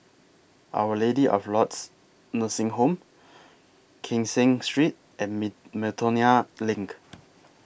Our Lady of Lourdes Nursing Home Kee Seng Street and Miltonia LINK